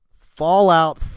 Fallout